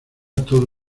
todo